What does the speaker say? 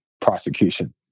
prosecution